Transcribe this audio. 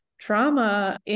trauma